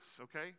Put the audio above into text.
okay